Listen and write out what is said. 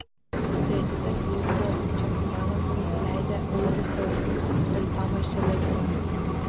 treti tarp vyrų buvo tik čempionams nusileidę audrius talžūnas ir tomas čeledinas